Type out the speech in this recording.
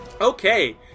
Okay